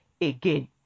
again